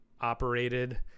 operated